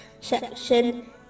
section